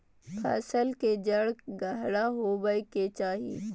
फसल के जड़ गहरा होबय के चाही